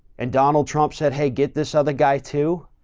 and donald trump said, hey, get this other guy too.